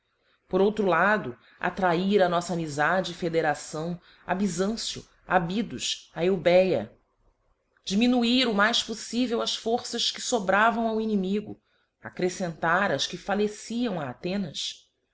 por outro lado attrair á noffa amifade e federação a byzancio abydos a eubêa diminuir o mais poíevel as forças que fobravam ao inimigo accrefcentar as que falleciam a